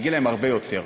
מגיע להם הרבה יותר.